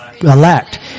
Elect